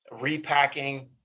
repacking